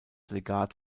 legat